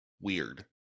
weird